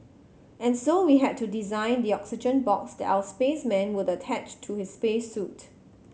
and so we had to design the oxygen box that our spaceman would attach to his space suit